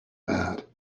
bad